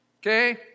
Okay